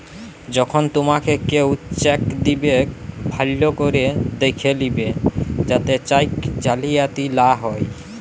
যখল তুমাকে কেও চ্যাক দিবেক ভাল্য ক্যরে দ্যাখে লিবে যাতে চ্যাক জালিয়াতি লা হ্যয়